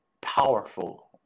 powerful